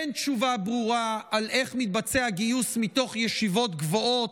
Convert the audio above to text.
אין תשובה ברורה איך מתבצע גיוס מתוך ישיבות גבוהות,